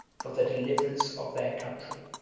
for the deliverance of their country.